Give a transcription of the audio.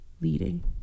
leading